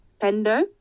Pendo